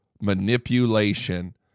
manipulation